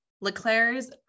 Leclerc's